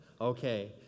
Okay